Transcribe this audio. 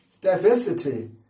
diversity